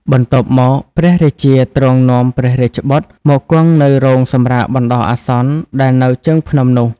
បន្ទាប់មក ព្រះរាជាទ្រង់នាំព្រះរាជបុត្រ មកគង់នៅរោងសម្រាកបណ្ដោះអាសន្ន ដែលនៅជើងភ្នំនោះ។